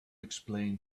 explain